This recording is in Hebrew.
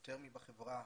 יותר מבחברה